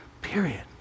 Period